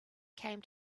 came